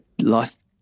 lost